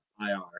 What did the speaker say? IR